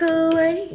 away